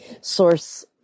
source